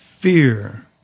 Fear